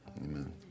Amen